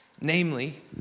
Namely